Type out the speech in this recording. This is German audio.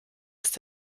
ist